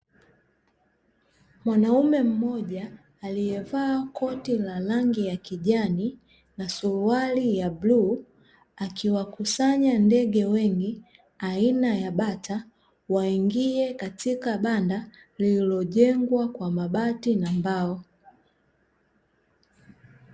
Mwanaume mmoja aliye vaa koti la rangi ya kijani na suruali ya bluu akiwakusanya ndege wengi aina ya bata waingie katika banda lililo jengwa kwa mabati na mbao.